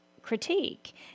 critique